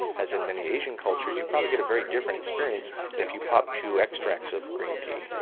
as in many asian cultures, you probably get a very different experience than if you pop two extracts of green tea.